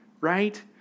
right